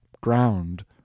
ground